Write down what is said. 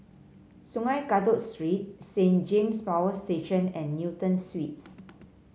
Sungei Kadut Street Saint James Power Station and Newton Suites